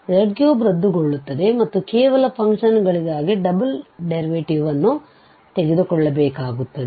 z3ರದ್ದುಗೊಳ್ಳುತ್ತದೆ ಮತ್ತು ಕೇವಲ ಫಂಕ್ಷನ್ ಗಳಿಗಾಗಿ ಡಬಲ್ ಡೆರಿವೇಟಿವ್ ಅನ್ನು ತೆಗೆದುಕೊಳ್ಳಬೇಕಾಗುತ್ತದೆ